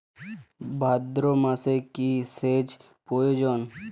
ভাদ্রমাসে কি সেচ প্রয়োজন?